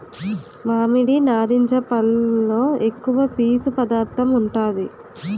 మామిడి, నారింజ పల్లులో ఎక్కువ పీసు పదార్థం ఉంటాది